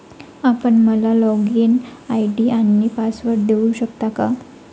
आपण मला login ID आणि पासवर्ड देऊ शकता का?